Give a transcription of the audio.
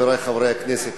חברי חברי הכנסת,